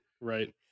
right